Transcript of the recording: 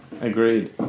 Agreed